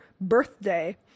birthday